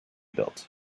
built